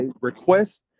request